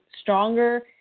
stronger